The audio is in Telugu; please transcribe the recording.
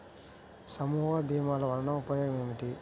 సమూహ భీమాల వలన ఉపయోగం ఏమిటీ?